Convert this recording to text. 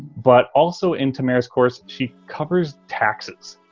but also in tamara's course, she covers taxes.